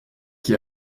qui